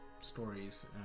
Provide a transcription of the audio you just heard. stories